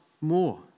more